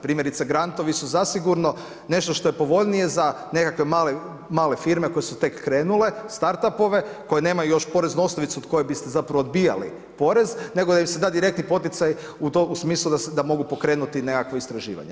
Primjerice grantovi su zasigurno nešto što je povoljnije za nekakve male firme koje su tek krenule, start upove koje nemaju još poreznu osnovicu od koje biste zapravo odbijali porez, nego da im se da direktni poticaj u smislu da mogu pokrenuti nekakvo istraživanje.